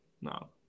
no